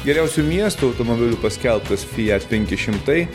geriausiu miesto automobiliu paskelbtas fiat penki šimtai